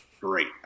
Great